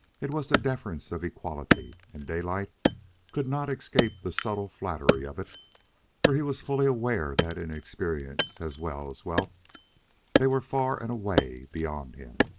it was the deference of equality, and daylight could not escape the subtle flattery of it for he was fully aware that in experience as well as wealth they were far and away beyond him.